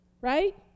right